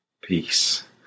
peace